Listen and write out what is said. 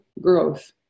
growth